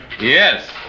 Yes